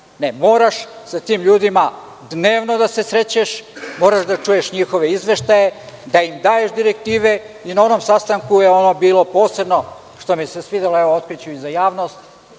Ne moraš sa tim ljudima dnevno da se srećeš, moraš da čuješ njihove izveštaje, da im daješ direktive i na onom sastanku je ono bilo posebno, što mi se svidelo, evo otkriću i za javnost,